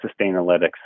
Sustainalytics